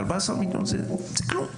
14 מיליון זה כלום.